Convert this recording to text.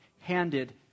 Handed